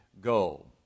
goal